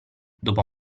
dopo